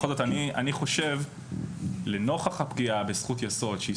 בכל זאת אני חושב לנוכח הפגיעה בזכות יסוד שהיא